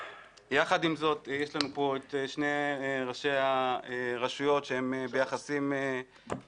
יחד עם זאת יש לנו כאן את שני ראשי הרשויות שהם ביחסים טובים,